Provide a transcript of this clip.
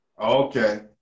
Okay